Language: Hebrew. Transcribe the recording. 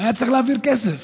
הייתה צריכה להעביר כסף.